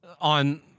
on